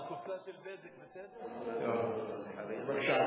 אדוני השר, בבקשה.